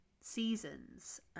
seasons